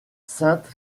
sainte